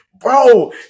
Bro